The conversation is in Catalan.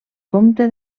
comte